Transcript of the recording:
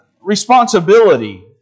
responsibility